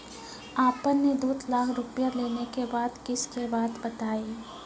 आपन ने दू लाख रुपिया लेने के बाद किस्त के बात बतायी?